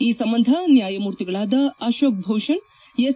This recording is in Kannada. ಈ ಸಂಬಂಧ ನ್ಯಾಯಮೂರ್ತಿಗಳಾದ ಅಶೋಕ್ ಭೂಷಣ್ ಎಸ್